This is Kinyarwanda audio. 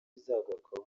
izagaruka